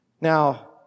Now